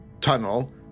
tunnel